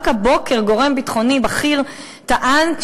רק הבוקר טען גורם ביטחוני בכיר שצה"ל